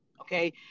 Okay